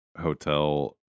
hotel